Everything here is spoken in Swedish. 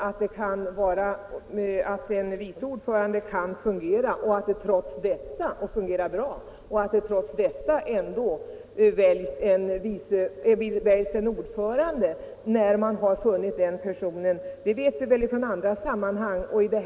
Att en vice ordförande kan fungera bra men att det trots detta ändå väljs en ordförande, när man har funnit den personen, känner vi till från andra sammanhang.